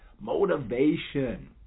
motivation